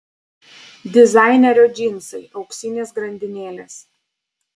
dizainerio džinsai auksinės grandinėlės